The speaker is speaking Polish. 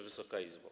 Wysoka Izbo!